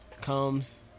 comes